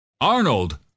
Arnold